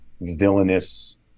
villainous